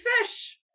fish